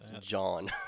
John